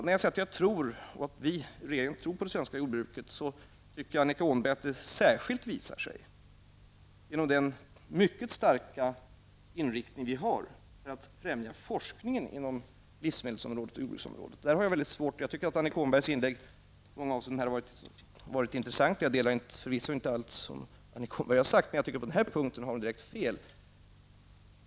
När jag säger att jag och regeringen tror på det svenska jordbruket, tycker Annika Åhnberg att det särskilt visar sig genom vår mycket starka inriktning på att främja forskningen inom livsmedelsområdet och jordbruksområdet. Jag tycker att Annika Åhnbergs inlägg i många avseenden var intressanta. Jag delar inte alla uppfattningar som hon framför men på denna punkt har hon direkt fel.